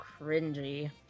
cringy